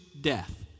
death